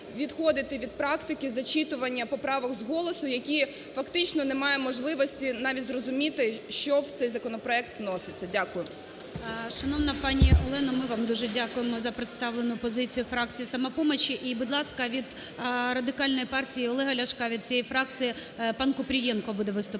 відходити від практики зачитування поправок з голосу, які фактично немає можливості навіть зрозуміти, що в цей законопроект вноситься. Дякую. ГОЛОВУЮЧИЙ. Шановна пані Олено, ми вам дуже дякуємо за представлену позицію фракції "Самопоміч". І будь ласка, від Радикальної партії Олега Ляшка, від всієї фракції панКупрієнко буде виступати.